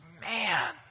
man